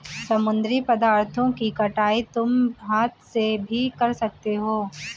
समुद्री पदार्थों की कटाई तुम हाथ से भी कर सकते हो